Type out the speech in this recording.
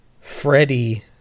Freddie